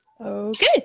Okay